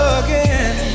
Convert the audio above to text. again